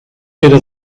pere